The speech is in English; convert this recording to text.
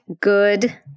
good